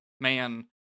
man